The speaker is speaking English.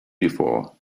before